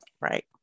Right